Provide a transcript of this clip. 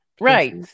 right